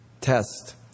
test